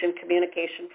communication